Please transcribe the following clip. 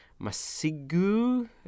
Masigu